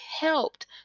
helped